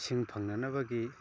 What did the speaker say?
ꯏꯁꯤꯡ ꯐꯪꯅꯅꯕꯒꯤ